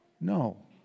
No